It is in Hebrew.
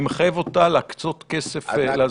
ומחייב אותה להקצות כסף להסברה.